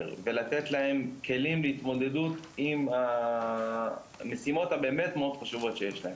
ולתת להם כלים להתמודדות עם המשימות המאוד חשובות שיש להם.